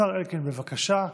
השר אלקין, בבקשה,